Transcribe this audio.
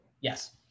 Yes